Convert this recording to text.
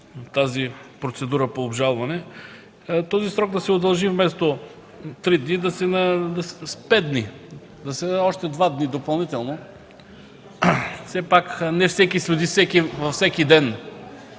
тази процедура по обжалване, този срок да се удължи и вместо 3 дни да бъде 5 дни. Да се дадат още 2 дни допълнително. Все пак не всеки следи всеки ден